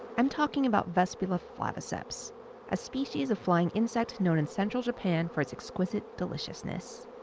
i'm talking about vespula flaviceps a species of flying insect known in central japan for its exquisite deliciousness.